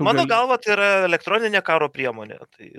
mano galva tai yra elektroninė karo priemonė tai